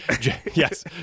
Yes